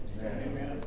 Amen